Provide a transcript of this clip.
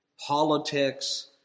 politics